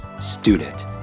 student